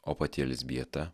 o pati elzbieta